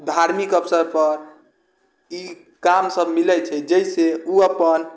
धार्मिक अवसरपर ई कामसब मिलै छै जाहिसँ ओ अपन